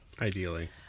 ideally